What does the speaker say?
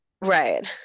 right